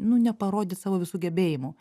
nu neparodyt savo visų gebėjimų